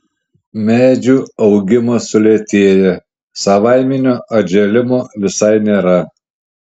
medžių augimas sulėtėja savaiminio atžėlimo visai nėra